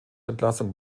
entlassung